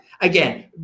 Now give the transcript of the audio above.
again